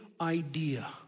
idea